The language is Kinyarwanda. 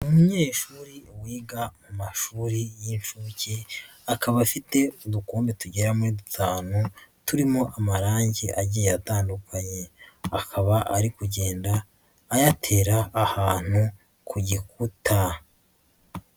Umunyeshuri wiga mu mashuri y'inshuke akaba afite udukombe tugera muri dutanu turimo amarangi agiye atandukanye, akaba ari kugenda ayatera ahantu ku gikuta.